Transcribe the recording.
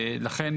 לכן,